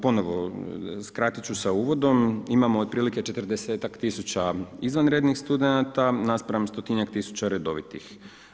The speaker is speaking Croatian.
Ponovo, skratit ću se uvodom, imamo otprilike 40ak tisuća izvanrednih studenata naspram stotinjak tisuća redovitih.